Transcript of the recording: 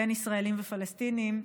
בין ישראלים ופלסטינים,